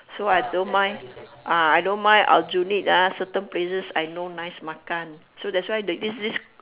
so I don't mind ah I don't mind aljunied ah certain places I know nice makan so that's why the this this